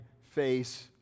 face